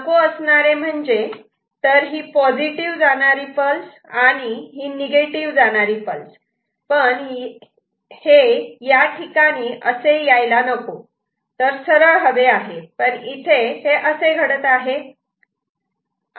नको असणारे म्हणजे तर ही पॉझिटिव जाणारी पल्स आणि ही निगेटिव जाणारी पल्स पण हे याठिकाणी असे जायला नको तर सरळ हवे पण इथे हे असे घडते आहे